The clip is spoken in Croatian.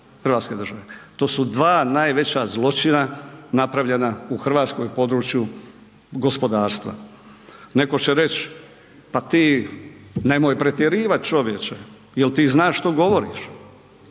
Hrvatske države. To su dva najveća zločina napravljena u Hrvatskoj u području gospodarstva. Netko će reći pa ti nemoj pretjerivati čovječe, jel ti znač što govoriš.